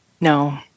No